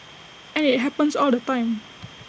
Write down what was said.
and IT happens all the time